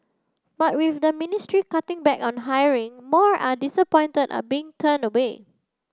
but with the ministry cutting back on hiring more are disappointed at being turned away